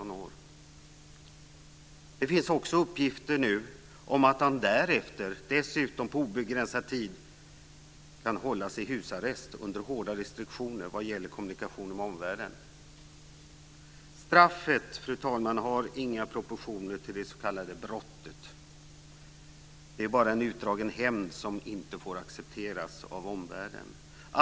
Det finns också uppgifter nu om att han dessutom därefter på obegränsad tid kan hållas i husarrest under hårda restriktioner vad gäller kommunikationen med omvärlden. Straffet, fru talman, har inga proportioner till det s.k. brottet. Det är bara en utdragen hämnd som inte får accepteras av omvärlden.